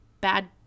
bad